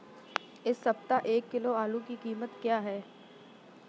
इस सप्ताह एक किलो आलू की कीमत क्या है?